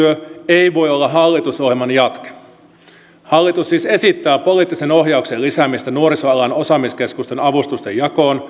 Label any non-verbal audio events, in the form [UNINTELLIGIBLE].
ei voi olla hallitusohjelman jatke hallitus siis esittää poliittisen ohjauksen lisäämistä nuorisoalan osaamiskeskusten avustusten jakoon [UNINTELLIGIBLE]